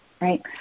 right